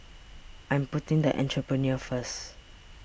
I'm putting the Entrepreneur First